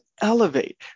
elevate